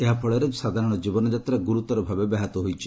ଏହାଫଳରେ ସାଧାରଣ ଜୀବନଯାତ୍ରା ଗୁରୁତର ଭାବେ ବ୍ୟାହତ ହୋଇଛି